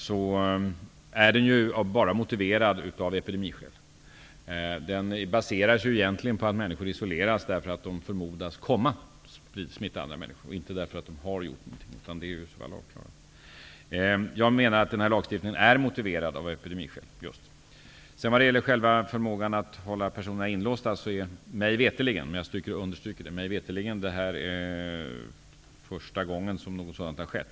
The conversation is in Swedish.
Tvångsisolering är motiverat enbart av epidemiskäl. Människor isoleras därför att de förmodas smitta andra människor, och inte därför att de har gjort det. Jag menar att lagstiftningen är motiverad av epidemiskäl. Beträffande förmågan att hålla folk inlåsta, är detta mig veterligen -- jag vill understryka mig veterligen -- första gången som någon har avvikit.